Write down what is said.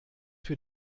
für